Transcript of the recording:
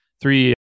three